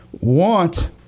want